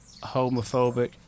homophobic